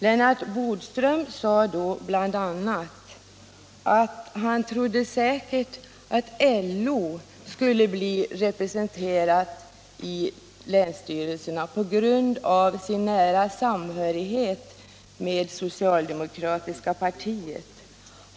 Lennart Bodström sade då bl.a. att han trodde att LO säkert skulle bli representerat i länsstyrelserna på grund av sin nära samhörighet med det socialdemokratiska partiet.